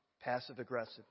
passive-aggressive